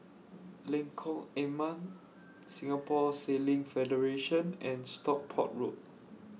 Lengkok Enam Singapore Sailing Federation and Stockport Road